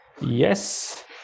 Yes